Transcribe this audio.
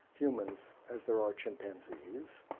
humans, as there are chimpanzees,